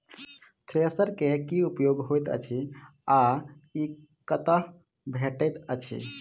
Thresher केँ की उपयोग होइत अछि आ ई कतह भेटइत अछि?